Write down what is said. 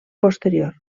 posterior